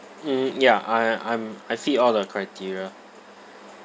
mm ya I I'm I fit all the criteria